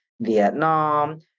Vietnam